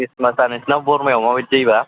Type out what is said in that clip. ख्रिस्टमासआ नोंसिनाव बरमायाव माबायदि जायोबा